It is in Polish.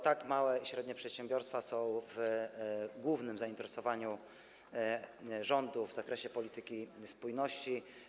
Tak, małe i średnie przedsiębiorstwa są głównym przedmiotem zainteresowania rządu w zakresie polityki spójności.